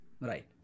Right